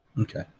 Okay